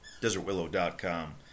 DesertWillow.com